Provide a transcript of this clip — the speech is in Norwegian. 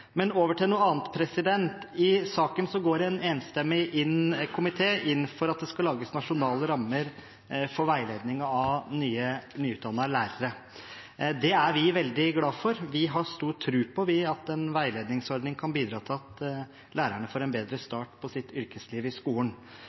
Over til noe annet: I saken går en enstemmig komité inn for at det skal lages nasjonale rammer for veiledningen av nyutdannede lærere. Det er vi veldig glad for. Vi har stor tro på at en veiledningsordning kan bidra til at lærerne får en bedre start på sitt yrkesliv i skolen.